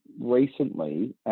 recently